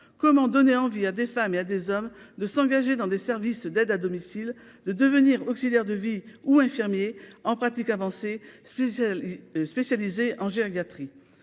comment donner envie à des femmes il et à a des hommes de s'engager dans des services d'aide à domicile, de devenir auxiliaire de vie ou infirmiers en pratique avancée ce spécialisé en gériatrie,